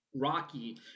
Rocky